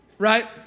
right